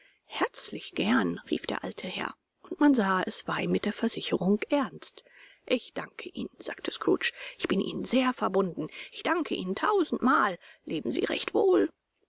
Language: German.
herzlich gern rief der alte herr und man sah es war ihm mit der versicherung ernst ich danke ihnen sagte scrooge ich bin ihnen sehr verbunden ich danke ihnen tausendmal leben sie recht wohl